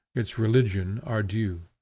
its religion, are due.